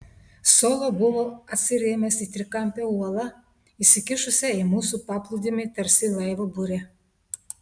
solo buvo atsirėmęs į trikampę uolą išsikišusią į mūsų paplūdimį tarsi laivo burė